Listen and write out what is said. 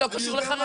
זה לא קשור לחרדים.